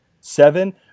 seven